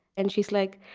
and she's like,